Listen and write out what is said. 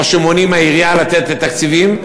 או שמונעים מהעירייה לתת תקציבים,